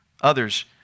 others